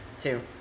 Two